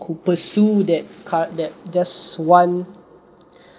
who pursue that card that just one